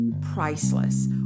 priceless